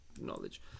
knowledge